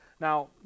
Now